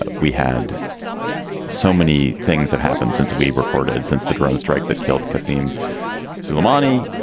but we had so many things have happened since we recorded since the drone strike that killed kassim so lamani.